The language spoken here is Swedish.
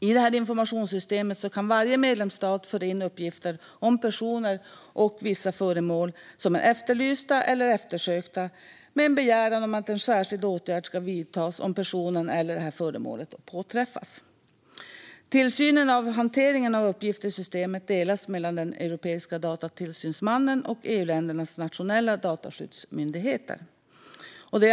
I informationssystemet kan varje medlemsstat föra in uppgifter om personer och vissa föremål som är efterlysta eller eftersökta tillsammans med en begäran om att en särskild åtgärd ska vidtas om personen eller föremålet påträffas. Tillsynen över hanteringen av uppgifter i systemet delas mellan Europeiska datatillsynsmannen och EU-ländernas nationella dataskyddsmyndigheter.